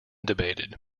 debated